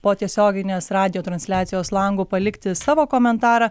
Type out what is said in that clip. po tiesioginės radijo transliacijos langu palikti savo komentarą